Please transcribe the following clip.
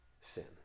sin